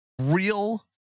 Real